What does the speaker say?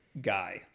guy